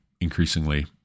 increasingly